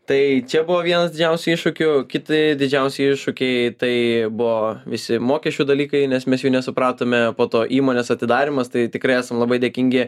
tai čia buvo vienas didžiausių iššūkių kiti didžiausi iššūkiai tai buvo visi mokesčių dalykai nes mes jų nesupratome po to įmonės atidarymas tai tikrai esam labai dėkingi